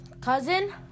cousin